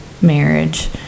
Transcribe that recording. marriage